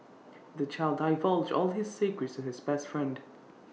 the child divulged all his secrets his best friend